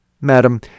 Madam